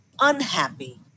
unhappy